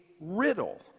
riddle